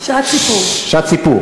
שעת סיפור.